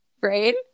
Right